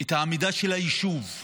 את העמידה של היישוב.